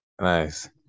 Nice